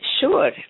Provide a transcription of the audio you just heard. sure